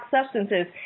substances